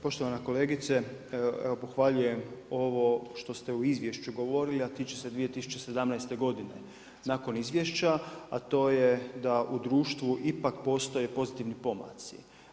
Poštovana kolegice, evo pohvaljujem, ovo što ste u izvješću govorili a tiče se 2017. nakon izvješća a to je da u društvu ipak postoje pozitivni pomaci.